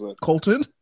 Colton